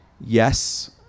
yes